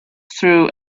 through